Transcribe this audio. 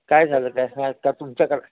काय झालं त्यास का तुमच्या